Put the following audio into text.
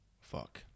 Fuck